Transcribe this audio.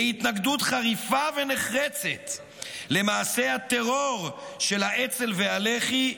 בהתנגדות חריפה ונחרצת למעשה הטרור של האצ"ל והלח"י,